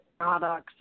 products